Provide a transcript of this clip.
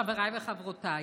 חבריי וחברותיי,